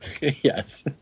Yes